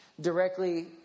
directly